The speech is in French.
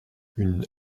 une